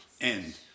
end